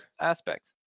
aspects